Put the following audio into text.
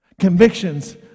Convictions